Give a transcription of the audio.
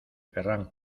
ferran